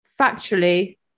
factually